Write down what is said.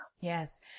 yes